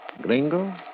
gringo